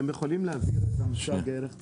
תוכלו להסביר את המושג "ערך צבור"?